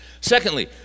Secondly